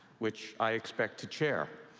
which i expect to chair.